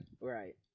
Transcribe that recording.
Right